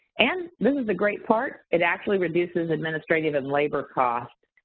and this is a great part, it actually reduces administrative and labor cost.